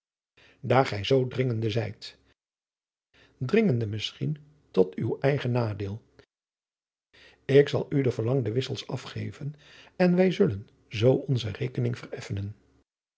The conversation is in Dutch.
daar gij zoo dringende zijt dringende misschien tot uw eigen nadeel ik zal u de verlangde wissels afgeven en wij zullen zoo onze rekening vereffenen